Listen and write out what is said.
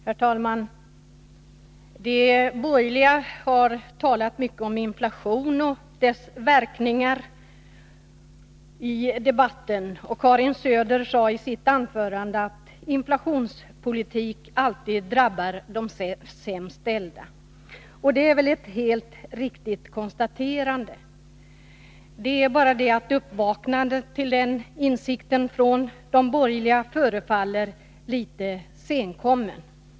Herr talman! De borgerliga har här i debatten talat mycket om inflationen och dess verkningar. Karin Söder sade i sitt anförande att inflationspolitik alltid drabbar de sämst ställda, och det är väl ett helt riktigt konstaterande. Det är bara det att de borgerligas uppvaknande till den insikten förefaller litet senkommet.